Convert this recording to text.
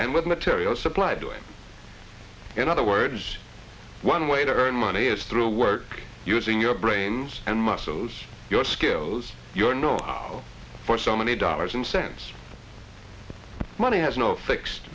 and with materials supplied to him in other words one way to earn money is through work using your brains and muscles your skills your know for so many dollars and cents money has no fixed